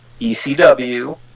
ecw